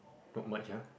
not much ah